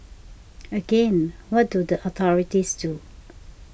again what do the authorities do